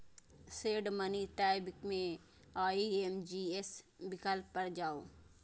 send money tab मे IMPS विकल्प पर जाउ